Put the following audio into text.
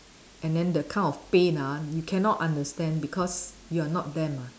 and then the kind of pain ah you cannot understand because you are not them ah